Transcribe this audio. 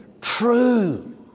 true